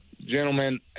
gentlemen